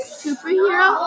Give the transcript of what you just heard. superhero